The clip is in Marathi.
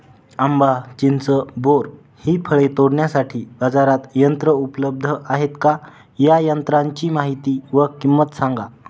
आंबा, चिंच, बोर हि फळे तोडण्यासाठी बाजारात यंत्र उपलब्ध आहेत का? या यंत्रांची माहिती व किंमत सांगा?